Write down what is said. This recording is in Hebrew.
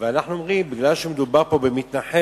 ואנחנו אומרים, מכיוון שמדובר במתנחלת,